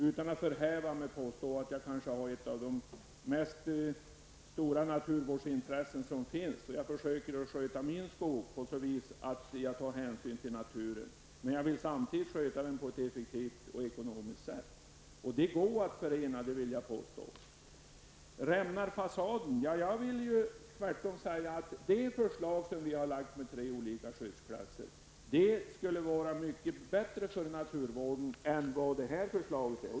Utan att förhäva mig kan jag påstå att knappast någon annan har ett större intresse för naturvård än jag. Jag försöker att sköta min skog med hänsyn till naturen. Samtidigt vill jag sköta den på ett effektivt och ekonomiskt sätt. Jag vill påstå att dessa mål går att förena. Annika Åhnberg talade om att fasaden rämnar. Men det förhåller sig tvärtom. Vårt förslag om tre olika skyddsklasser är mycket bättre från naturvårdssynpunkt än det här förslaget.